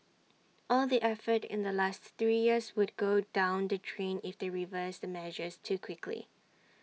all the effort in the last three years would go down the drain if they reverse the measures too quickly